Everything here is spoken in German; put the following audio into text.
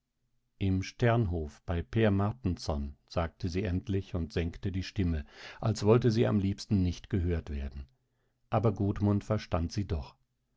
im sternhof bei per martensson sagte sie endlich und senkte die stimme als wollte sie am liebsten nicht gehört werden aber gudmund verstand sie doch